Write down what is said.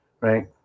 right